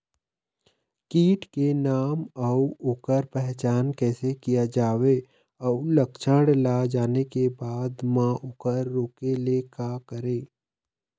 कीट के नाम अउ ओकर पहचान कैसे किया जावे अउ लक्षण ला जाने के बाद मा ओकर रोके ले का करें?